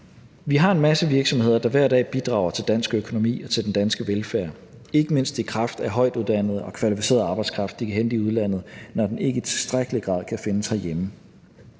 Vi har en masse virksomheder, der hver dag bidrager til dansk økonomi og til den danske velfærd, ikke mindst i kraft af højtuddannet og kvalificeret arbejdskraft, som de kan hente i udlandet, når den ikke i tilstrækkelig grad kan findes herhjemme,